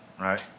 right